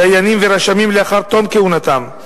דיינים ורשמים לאחר תום כהונתם.